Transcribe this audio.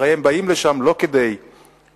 הרי הם באים לשם לא כדי להתווכח,